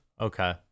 Okay